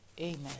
Amen